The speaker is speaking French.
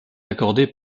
accordés